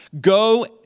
Go